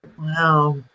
Wow